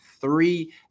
three